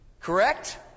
Correct